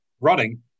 running